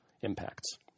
impacts